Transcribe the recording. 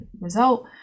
result